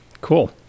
Cool